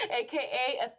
AKA